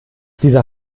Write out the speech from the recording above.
dieser